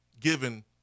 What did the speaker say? given